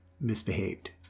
misbehaved